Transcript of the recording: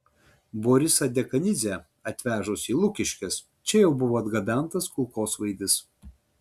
borisą dekanidzę atvežus į lukiškes čia jau buvo atgabentas kulkosvaidis